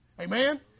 Amen